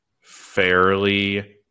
fairly